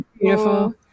beautiful